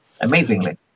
amazingly